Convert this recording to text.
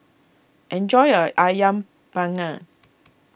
enjoy your Ayam Panggang